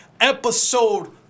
episode